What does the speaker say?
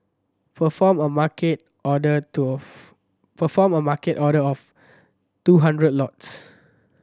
perform a Market order to of perform a Market order of two hundred lots